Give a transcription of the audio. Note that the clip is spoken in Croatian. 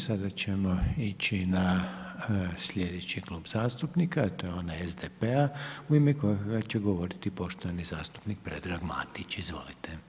Sada ćemo ići na slijedeći klub zastupnika a to je onaj SDP-a u ime kojeg će govoriti poštovani zastupnik Predrag Matić, izvolite.